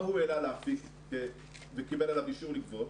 מה הוא העלה לאפיק וקיבל עליו אישור לגבות.